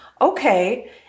Okay